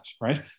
Right